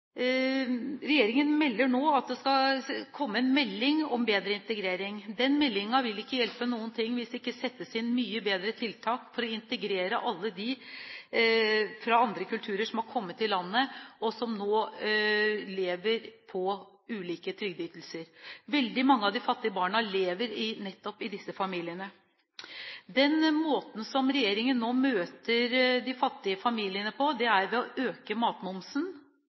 Regjeringen melder nå at det skal komme en melding om bedre integrering. Den meldingen vil ikke hjelpe noen ting hvis det ikke settes inn mye bedre tiltak for å integrere alle de fra andre kulturer som har kommet til landet, og som nå lever på ulike trygdeytelser. Veldig mange av de fattige barna lever nettopp i disse familiene. Den måten som regjeringen nå møter de fattige familiene på, er ved å øke matmomsen.